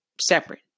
separate